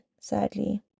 sadly